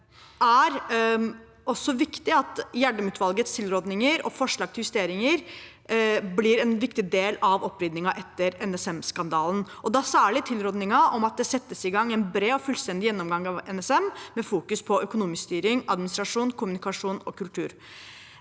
Det er viktig at Gjerdrem-utvalgets tilrådinger og forslag til justeringer blir en viktig del av oppryddingen etter NSM-skandalen, særlig tilrådingen om at det settes i gang en bred og fullstendig gjennomgang av NSM som fokuserer på økonomisk styring, administrasjon, kommunikasjon og kultur.